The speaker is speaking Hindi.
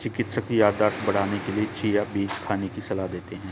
चिकित्सक याददाश्त बढ़ाने के लिए चिया बीज खाने की सलाह देते हैं